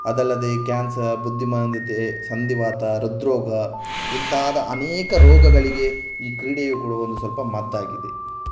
ಅದಲ್ಲದೆ ಕ್ಯಾನ್ಸರ್ ಬುದ್ದಿಮಾಂದ್ಯತೆ ಸಂಧಿವಾತ ಹೃದ್ರೋಗ ಇಂತಾದ ಅನೇಕ ರೋಗಗಳಿಗೆ ಈ ಕ್ರೀಡೆಯು ಕೂಡ ಒಂದು ಸ್ವಲ್ಪ ಮದ್ದಾಗಿದೆ